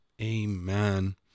Amen